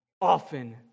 often